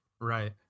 Right